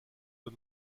the